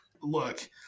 Look